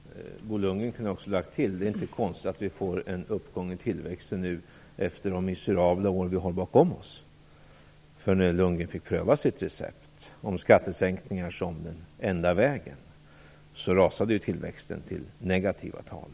Fru talman! Bo Lundgren kunde också ha lagt till att det inte är konstigt att vi får en uppgång i tillväxten nu efter de miserabla år som vi har bakom oss, då Bo Lundgren fick pröva sitt recept på skattesänkningar som den enda vägen. Då rasade ju tillväxten till negativa tal.